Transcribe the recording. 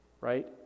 right